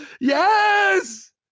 yes